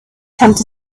tempt